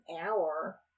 hour